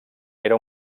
era